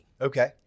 Okay